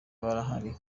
barahari